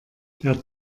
der